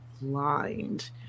Blind